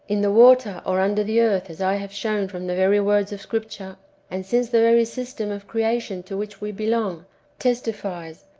in the water or under the earth, as i have shown from the very words of scripture and since the very system of creation to which we belong testifies,